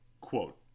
Quote